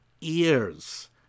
ears